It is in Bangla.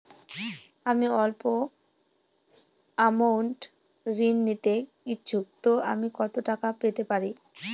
আমি সল্প আমৌন্ট ঋণ নিতে ইচ্ছুক তো আমি কত টাকা পেতে পারি?